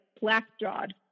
black-jawed